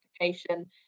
application